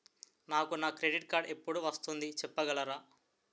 నాకు నా credit card ఎపుడు వస్తుంది చెప్పగలరా?